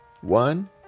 One